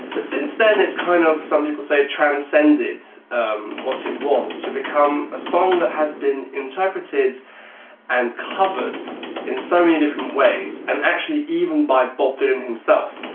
ah since then it's kind of, some people say, transcended what it was to become a song that has been interpreted and covered in so many different ways, and even by bob dylan himself.